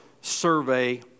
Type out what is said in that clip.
survey